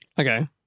Okay